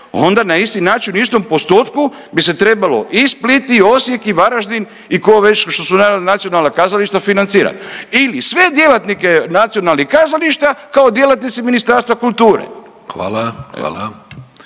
onda na isti način u istom postotku bi se trebalo i Split i Osijek i Varaždin i ko već što su narodna nacionalna kazališta financirati ili sve djelatnike nacionalnih kazališta kao djelatnici Ministarstva kulture. **Vidović,